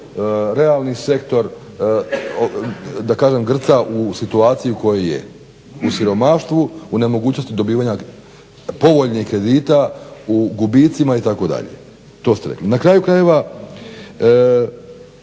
realni sektor da kažem grca u situaciji u kojoj je, u siromaštvu, u nemogućnosti dobivanja povoljnih kredita, u gubicima itd. To ste rekli. Na kraju krajeva,